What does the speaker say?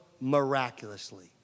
miraculously